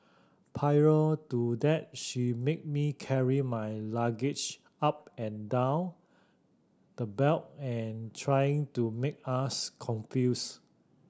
prior to that she made me carry my luggage up and down the belt and trying to make us confused